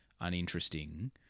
uninteresting